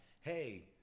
hey